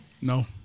No